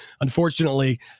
Unfortunately